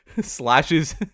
slashes